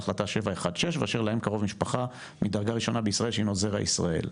להחלטה 716 ואשר להם קרוב משפחה מדרגה ראשונה בישראל שהינו זרע ישראל"